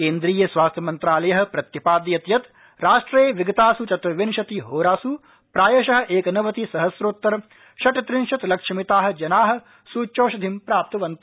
केन्द्रीय स्वास्थ्यमन्त्रालय प्रत्यपादयत् यत् राष्ट्रे विगतासु चतुर्विंशतिहोरासु प्रायशएकनवति सहस्रोत्तर षट्र्त्रिंशत् लक्षमिता जना सूच्यौषधिं प्राप्तवन्त